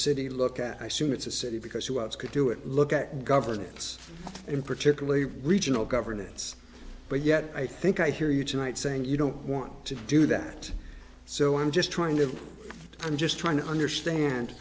city look at i soon it's a city because who else could do it look at governance and particularly regional governance but yet i think i hear you tonight saying you don't want to do that so i'm just trying to i'm just trying to understand